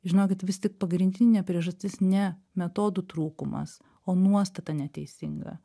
žinokit vis tik pagrindinė priežastis ne metodų trūkumas o nuostata neteisinga